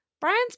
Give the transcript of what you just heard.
Brian's